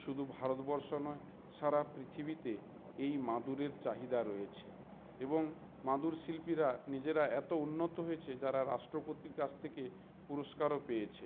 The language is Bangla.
শুধু ভারতবর্ষ নয় সারা পৃথিবীতে এই মাদুরের চাহিদা রয়েছে এবং মাদুর শিল্পীরা নিজেরা এত উন্নত হয়েছে যারা রাষ্ট্রপতির কাছ থেকে পুরস্কারও পেয়েছে